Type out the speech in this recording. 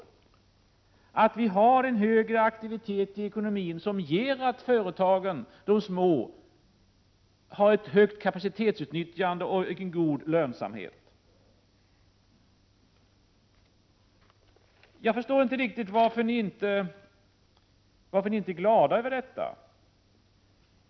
Jag trodde att ni skulle vara glada över att vi har en högre aktivitet i ekonomin som medför att de små företagen har ett högt kapacitetsutnyttjande och en god lönsamhet. Jag förstår inte riktigt varför ni inte är glada över detta.